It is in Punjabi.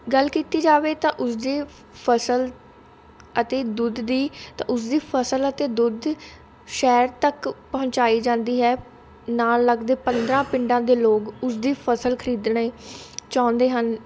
ਗੱਲ ਕੀਤੀ ਜਾਵੇ ਤਾਂ ਉਸਦੀ ਫਸਲ ਅਤੇ ਦੁੱਧ ਦੀ ਅਤੇ ਉਸਦੀ ਫਸਲ ਅਤੇ ਦੁੱਧ ਸ਼ਹਿਰ ਤੱਕ ਪਹੁੰਚਾਈ ਜਾਂਦੀ ਹੈ ਨਾਲ ਲੱਗਦੇ ਪੰਦਰ੍ਹਾਂ ਪਿੰਡਾਂ ਦੇ ਲੋਕ ਉਸਦੀ ਫਸਲ ਖਰੀਦਣੀ ਚਾਹੁੰਦੇ ਹਨ